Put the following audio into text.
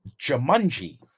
Jumanji